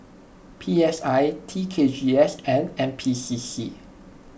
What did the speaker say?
P S I T K G S and N P C C